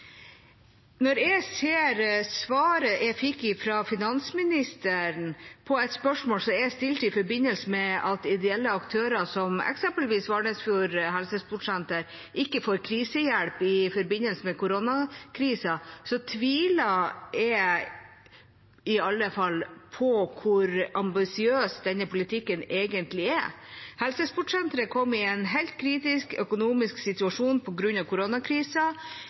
når jeg ser svaret jeg fikk fra finansministeren på et spørsmål jeg stilte i forbindelse med at ideelle aktører, som eksempelvis Valnesfjord Helsesportsenter, ikke får krisehjelp i forbindelse med koronakrisen, tviler jeg på hvor ambisiøs denne politikken egentlig er. Helsesportsenteret kom i en helt kritisk økonomisk situasjon på grunn av koronakrisa,